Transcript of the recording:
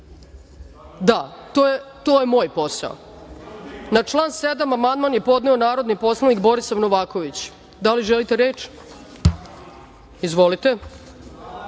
Da, to je moj posao. Na član 7. amandman je podneo narodni poslanik Borisav Novaković. Da li želite reč? Izvolite.